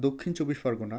Dakshin Chabbish Pargana